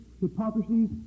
hypocrisy